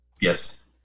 Yes